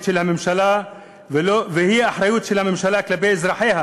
של הממשלה והוא האחריות של הממשלה כלפי אזרחיה,